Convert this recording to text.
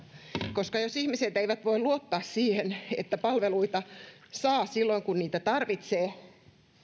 koska jos ihmiset eivät voi luottaa siihen että palveluita saa silloin kun niitä tarvitsee